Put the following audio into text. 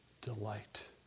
delight